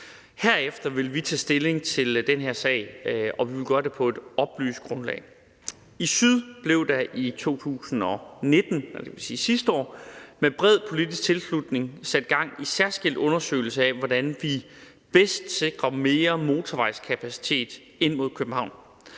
Herefter vil vi tage stilling til den her sag, og vi vil gøre det på et oplyst grundlag. I forhold til den sydlige del blev der i 2019, dvs. sidste år, med bred politisk tilslutning sat gang i en særskilt undersøgelse af, hvordan vi bedst sikrer mere motorvejskapacitet ind mod København.